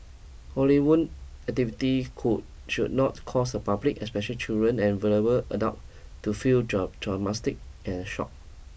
Halloween activity should not cause the public especially children and vulnerable adult to feel traumatised and shocked